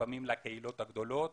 לפעמים לקהילות הגדולות,